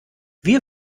wir